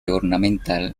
ornamental